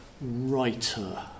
writer